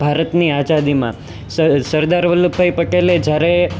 ભારતની આઝાદીમાં સ સરદાર વલ્લભભાઈ પટેલે જ્યારે